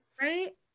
Right